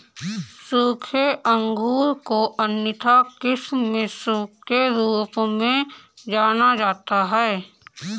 सूखे अंगूर को अन्यथा किशमिश के रूप में जाना जाता है